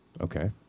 Okay